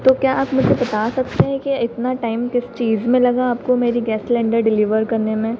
तो क्या आप मुझे बता सकते हैं के इतना टाइम किस चीज़ में लगा आपको मेरी गैस सिलेन्डर डिलीवर करने में